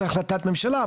זו החלטת ממשלה,